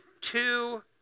two